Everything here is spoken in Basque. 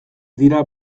dira